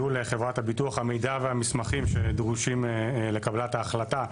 והמסמכים הדרושים לקבלת ההחלטה.